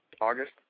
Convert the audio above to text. August